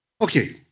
okay